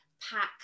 Pack